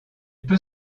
peut